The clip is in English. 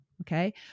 Okay